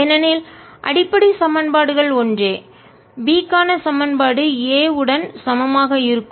ஏனெனில் அடிப்படை சமன்பாடுகள் ஒன்றே B க்கான சமன்பாடு A உடன் சமமாக இருக்கும்